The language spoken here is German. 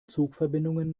zugverbindungen